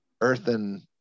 earthen